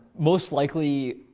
most likely,